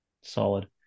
solid